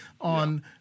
on